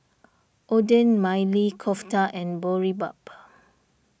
Oden Maili Kofta and Boribap